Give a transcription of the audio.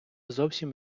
зовсім